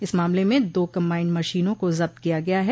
इस मामले में दो कम्बाइंड मशीनों को जब्त किया गया है